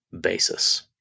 basis